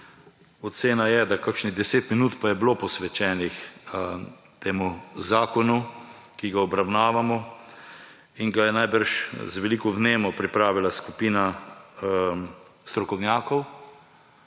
Ocena je, da kakšnih deset minut pa je bilo posvečenih temu zakonu, ki ga obravnavamo in ga je najbrž z veliko vnemo pripravila skupina strokovnjakov.